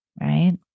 right